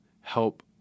help